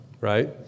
right